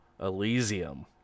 Elysium